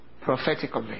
Prophetically